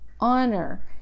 honor